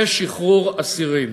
ושחרור אסירים.